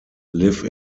live